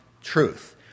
truth